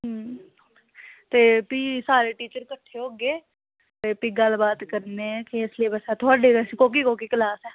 हं ते फ्ही सारे टीचर कट्ठे होगे ते फ्ही गल्ल बात करने थोह्ड़े कश कोह्की कोह्की क्लास ऐ